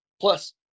plus